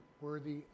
worthy